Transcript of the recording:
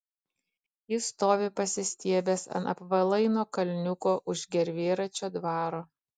jis stovi pasistiebęs ant apvalaino kalniuko už gervėračio dvaro